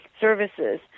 services